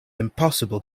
impossible